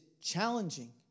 challenging